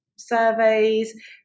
Surveys